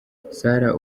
sarah